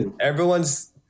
Everyone's